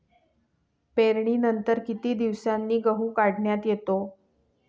पेरणीनंतर किती दिवसांनी गहू काढण्यात येतो?